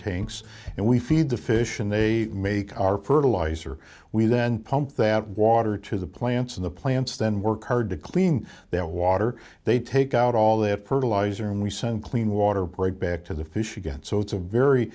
tanks and we feed the fish and they make our pirtle ice or we then pump that water to the plants and the plants then work hard to clean their water they take out all the fertilizer and we send clean water break back to the fish again so it's a very